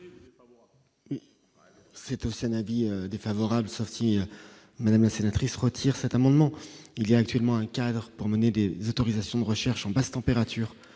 C'est aussi un avis défavorable, madame la sénatrice retire cet amendement, il y a actuellement un pour mener des autorisations de recherche en basse température